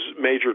major